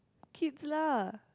kids lah